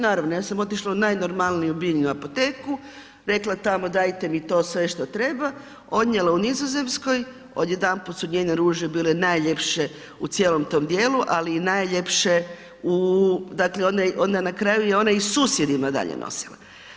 Naravno, ja sam otišla u najnormalniju biljnu apoteku, rekla tamo dajte mi to sve što treba, donijela u Nizozemskoj, odjedanput su njene ruže bile najljepše u cijelom tom djelu ali i najljepše, dakle na kraju je i susjedima dalje nosila.